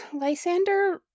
Lysander